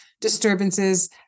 disturbances